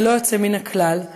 ללא יוצא מן הכלל,